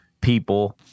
people